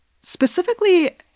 specifically